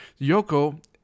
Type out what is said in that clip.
Yoko